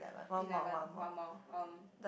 eleven one more um